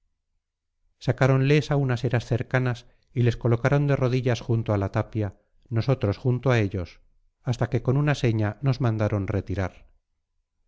sacáronles a unas eras cercanas y les colocaron de rodillas junto a una tapia nosotros junto a ellos hasta que con una seña nos mandaron retirar